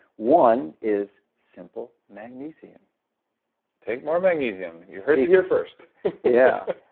one is simple magnesium take more magnesium, you heard it here first yeah.